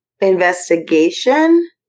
investigation